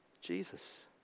Jesus